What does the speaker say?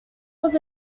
was